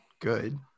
good